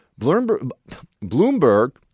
Bloomberg